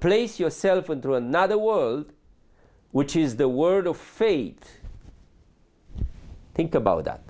place yourself into another world which is the word of faith think about that